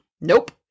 Nope